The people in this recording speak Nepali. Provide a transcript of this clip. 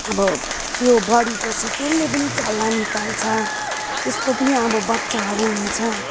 अब त्यो बढेपछि त्यसले पनि चल्ला निकाल्छ त्यसको पनि अब बच्चाहरू हुन्छ